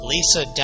Lisa